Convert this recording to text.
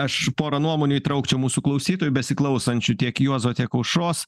aš porą nuomonių įtraukčiau mūsų klausytojų besiklausančių tiek juozo tiek aušros